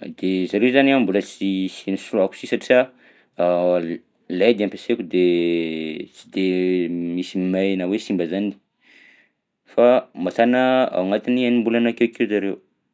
De zareo zany mbola sisy nosoloako si satria led ampiasaiko de sy de misy may na hoe simba zany fa mahatana ao agnatin'ny enim-bolana akeokeo zareo.